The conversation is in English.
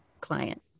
client